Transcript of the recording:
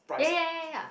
yeah yeah yeah yeah